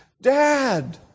Dad